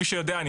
כפי שאני יודע,